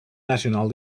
nacional